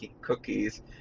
Cookies